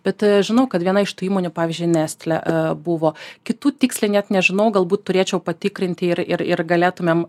bet žinau kad viena iš tų įmonių pavyzdžiui nestle buvo kitų tiksliai net nežinau galbūt turėčiau patikrinti ir ir ir galėtumėm